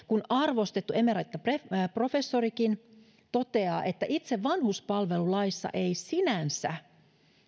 kun arvostettu emeritaprofessorikin toteaa että itse vanhuspalvelulaissa ei sinänsä